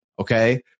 Okay